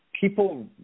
people